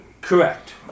Correct